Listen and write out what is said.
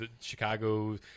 Chicago